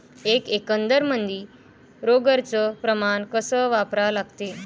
एक एकरमंदी रोगर च प्रमान कस वापरा लागते?